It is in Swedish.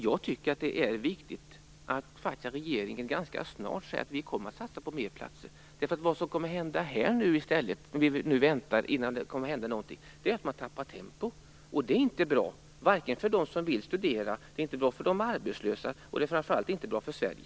Jag tycker att det är viktigt att regeringen ganska snart säger att man kommer att satsa på mera platser, för vad som händer medan vi väntar och ingenting händer är ju att man tappar tempo. Det är inte bra, vare sig för dem som vill studera eller för de arbetslösa, och det är framför allt inte bra för Sverige.